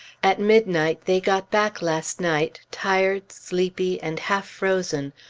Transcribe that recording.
at midnight they got back last night, tired, sleepy, and half-frozen,